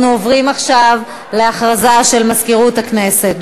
אנחנו עוברים עכשיו להודעה של מזכירות הכנסת.